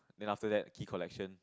then after that key collection